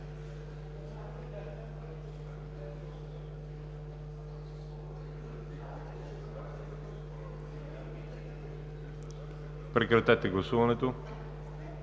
Прекратете гласуването